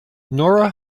nora